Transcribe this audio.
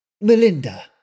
Melinda